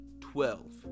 twelve